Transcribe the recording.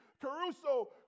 Caruso